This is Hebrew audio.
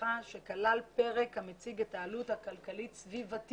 שמחה שהוא כלל פרק המציג את העלות הכלכלית סביבתית